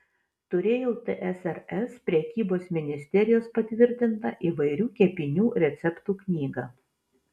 turėjau tsrs prekybos ministerijos patvirtintą įvairių kepinių receptų knygą